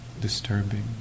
disturbing